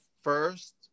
first